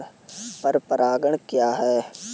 पर परागण क्या है?